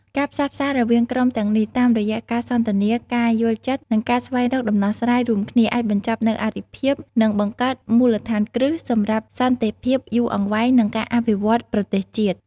ការផ្សះផ្សារវាងក្រុមទាំងនេះ តាមរយៈការសន្ទនា ការយល់ចិត្ត និងការស្វែងរកដំណោះស្រាយរួមគ្នា អាចបញ្ចប់នូវអរិភាព និងបង្កើតមូលដ្ឋានគ្រឹះសម្រាប់សន្តិភាពយូរអង្វែង និងការអភិវឌ្ឍន៍ប្រទេសជាតិ។